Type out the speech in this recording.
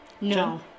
No